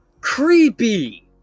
Creepy